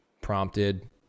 prompted